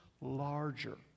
larger